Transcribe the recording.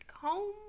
home